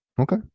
okay